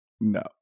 no